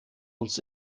uns